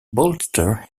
bolster